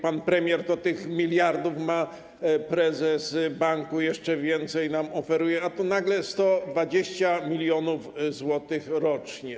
Pan premier to tych miliardów ma, prezes banku jeszcze więcej nam oferuje, a tu nagle 120 mln zł rocznie.